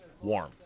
warm